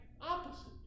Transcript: opposite